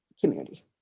community